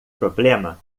problema